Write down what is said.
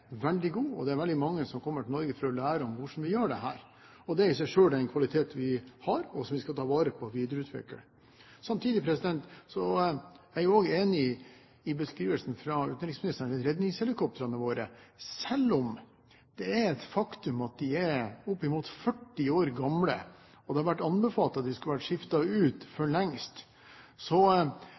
veldig god, og det er veldig mange som kommer til Norge for å lære om hvordan vi gjør det. Det i seg selv er en kvalitet vi har, og som vi skal ta vare på og videreutvikle. Samtidig er jeg også enig i beskrivelsen fra utenriksministeren av redningshelikoptrene våre, selv om det er et faktum at de er oppimot 40 år gamle, og at det har vært anbefalt at de skulle vært skiftet ut for lengst. Så